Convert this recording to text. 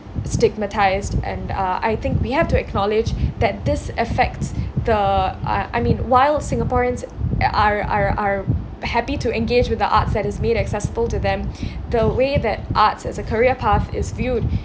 stigmatised and uh I think we have to acknowledge that this affects the I I mean while singaporeans are are are happy to engage with the arts as it's made accessible to them the way that arts as a career path is viewed